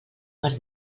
per